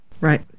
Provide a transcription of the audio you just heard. Right